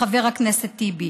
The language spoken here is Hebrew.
חבר הכנסת טיבי.